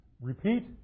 Repeat